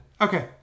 Okay